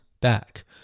back